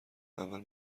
اول